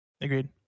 agreed